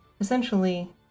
Essentially